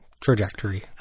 trajectory